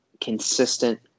consistent